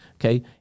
okay